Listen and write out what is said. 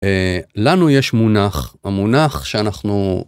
לנו יש מונח, המונח שאנחנו...